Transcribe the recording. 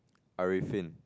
Arfin